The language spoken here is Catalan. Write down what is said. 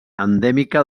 endèmica